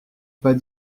pas